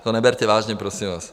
To neberte vážně, prosím vás.